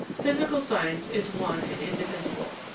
physical science is one and indivisible.